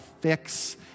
fix